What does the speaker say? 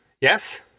Yes